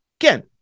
Again